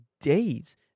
days